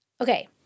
okay